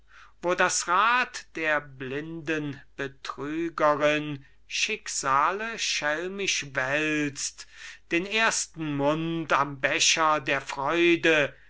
wo das rad der blinden betrügerin schicksale schelmisch wälzt den ersten mund am becher der freude